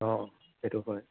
অঁ সেইটো হয়